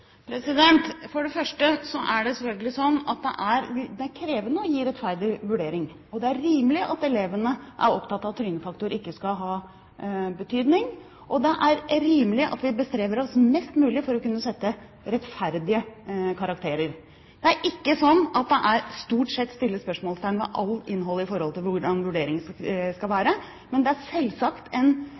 For det første er det selvfølgelig slik at det er krevende å gi en rettferdig vurdering. Det er rimelig at elevene er opptatt av at trynefaktor ikke skal ha betydning, og det er rimelig at vi bestreber oss mest mulig på å kunne sette rettferdige karakterer. Det er ikke slik at det stort sett settes spørsmålstegn ved alt innhold i forhold til hvordan vurderingen skal være. Men det er selvsagt en